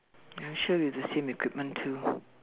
I'm sure you have the same equipment too